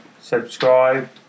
Subscribe